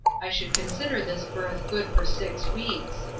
i should consider this berth good for six weeks.